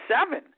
seven